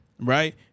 right